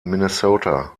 minnesota